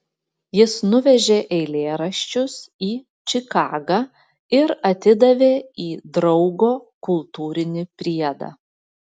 jis nuvežė eilėraščius į čikagą ir atidavė į draugo kultūrinį priedą